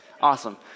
Awesome